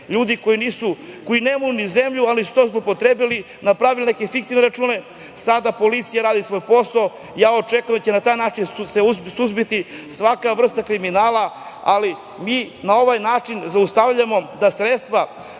ljudi koji nemaju ni zemlju, ali su to zloupotrebili, napravili neke fiktivne račune, sada policija radi svoj posao. Očekujem da će se na taj način suzbiti svaka vrsta kriminala, ali mi na ovaj način zaustavljamo da sredstva